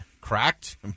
cracked